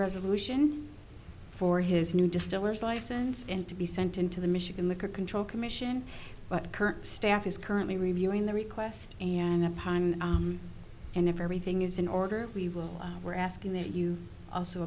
resolution for his new distillers license him to be sent into the michigan the control commission but current staff is currently reviewing the request and upon and if everything is in order we will we're asking that you also